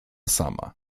sama